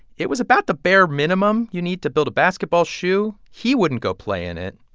it was about the bare minimum you need to build a basketball shoe. he wouldn't go play in it.